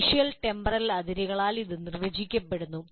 spatial temporal അതിരുകളാൽ ഇത് നിർവചിക്കപ്പെടുന്നു